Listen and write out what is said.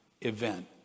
event